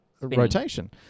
rotation